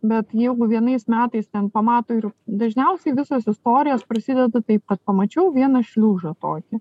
bet jeigu vienais metais ten pamato ir dažniausiai visos istorijos prasideda taip pat pamačiau vieną šliužą tokį